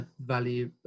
value